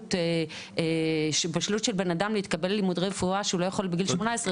בשלות של בן אדם להתקבל ללימודי רפואה שהוא לא יכול להתקבל בגיל 18,